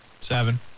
Seven